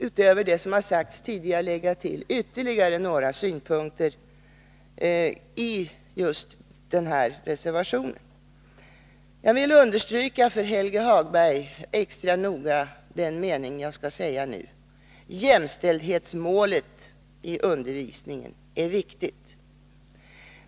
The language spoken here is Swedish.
Utöver det som har sagts tidigare vill jag lägga till ytterligare några synpunkter när det gäller just den här reservationen. Jag vill för Helge Hagberg extra noga understryka följande mening: Jämställdhetsmålet i undervisningen är viktigt.